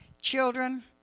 children